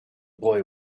boy